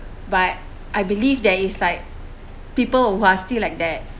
but I believe that it's like people who are still like that